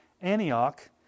Antioch